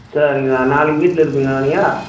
சரிங்கண்ணா நாளைக்கு வீட்டில் இருப்பிங்களாண்ணா நீங்கள்